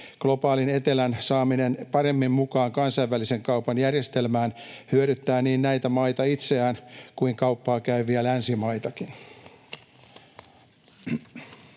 Globaalin etelän saaminen paremmin mukaan kansainvälisen kaupan järjestelmään hyödyttää niin näitä maita itseään kuin kauppaa käyviä länsimaitakin.